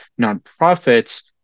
nonprofits